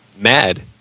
Mad